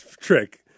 trick